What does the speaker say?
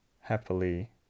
happily